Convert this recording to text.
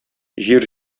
җир